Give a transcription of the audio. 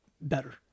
better